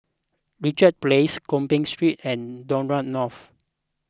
Richards Place Gopeng Street and Dock Road North